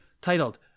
titled